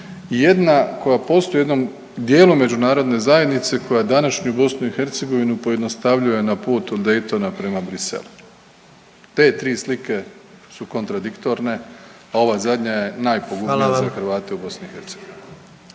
jedna koja postoji u jednom dijelu međunarodne zajednice koja današnju BiH pojednostavljuje na put od Daytona prema Bruxellesu. Te tri slike su kontradiktorne, a ova zadnja je najpogubnija …/Upadica: